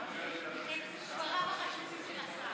בבקשה, אדוני השר.